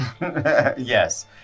Yes